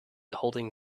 holding